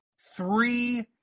three